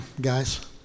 guys